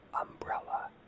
umbrella